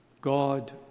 God